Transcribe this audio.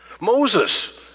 Moses